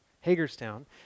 Hagerstown